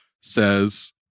says